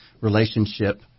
relationship